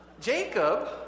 Jacob